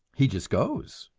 he just goes.